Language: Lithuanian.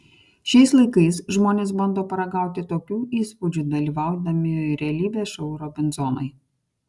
šiais laikais žmonės bando paragauti tokių įspūdžių dalyvaudami realybės šou robinzonai